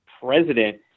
president